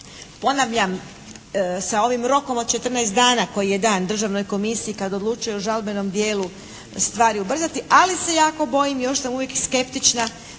ponavljam, sa ovim rokom od 14 dana koji je dan državnoj komisiji kada odlučuje o žalbenom dijelu stvari ubrzati, ali se jako bojim i još sam uvijek skeptična